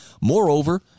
Moreover